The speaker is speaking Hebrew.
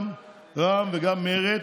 גם רע"מ וגם מרצ,